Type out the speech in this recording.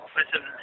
Listen